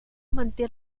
manté